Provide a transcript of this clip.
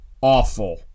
awful